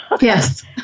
yes